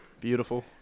Beautiful